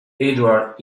edward